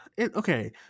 Okay